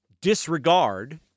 disregard